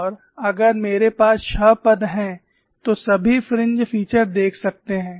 और अगर मेरे पास छह पद हैं तो सभी फ्रिंज फीचर देख सकते हैं